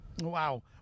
Wow